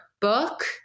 book